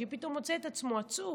שפתאום מוצא את עצמו עצור.